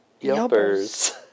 Yelpers